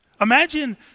Imagine